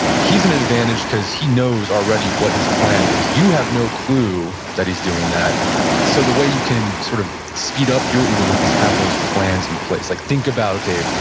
he's at an advantage because he knows already what his plan is. you have no clue that he's doing that so the way you can sort of speed up your ooda loop is have those plans in place. like think about, okay,